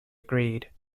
agreed